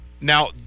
now